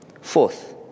Fourth